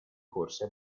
corse